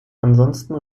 ansonsten